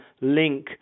link